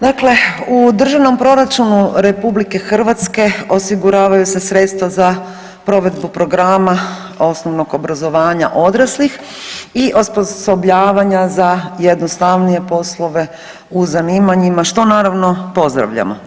Dakle, u Državnom proračunu Republike Hrvatske osiguravaju se sredstva za provedbu programa osnovnog obrazovanja odraslih i osposobljavanja za jednostavnije poslove u zanimanjima što naravno pozdravljamo.